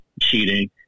cheating